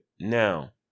Now